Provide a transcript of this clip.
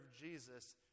Jesus